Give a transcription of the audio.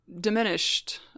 diminished